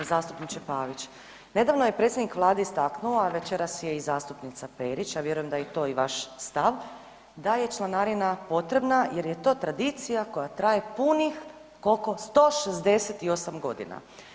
Poštovani zastupniče Pavić, nedavno je predsjednik Vlade istaknuo, a večeras je i zastupnica Perić, a vjerujem da je to i vaš stav, da je članarina potrebna jer je to tradicija koja traje puni, koliko, 168 godina.